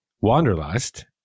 Wanderlust